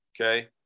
okay